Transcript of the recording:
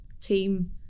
Team